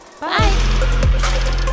Bye